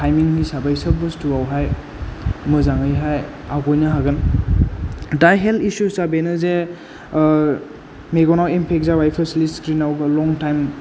timing हिसाबै सब बस्थुआवहाय मोजाङैहाय आवगायनो हागोन दा हेल्थ इसुसा बेनो जे मेगनाव इम्पेक्ट जाबाय स्पेसेलि स्क्रिनाव लं टाइम